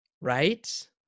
Right